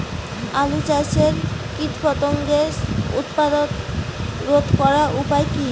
আলু চাষের কীটপতঙ্গের উৎপাত রোধ করার উপায় কী?